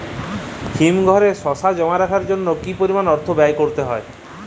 হিমঘরে শসা জমা রাখার জন্য কি পরিমাণ অর্থ ব্যয় করতে হয়?